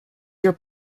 your